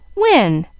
when?